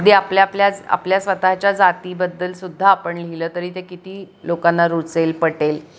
अगदी आपल्यापल्याच आपल्या स्वतःच्या जातीबद्दलसुद्धा आपण लिहिलं तरी ते किती लोकांना रुचेल पटेल